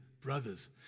brothers